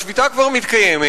השביתה כבר מתקיימת.